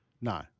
No